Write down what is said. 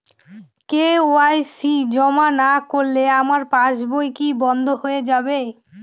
KYC জমা না করলে আমার পাসবই কি বন্ধ হয়ে যাবে?